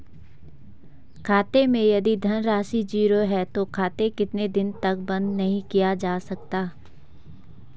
खाते मैं यदि धन राशि ज़ीरो है तो खाता कितने दिन तक बंद नहीं किया जा सकता?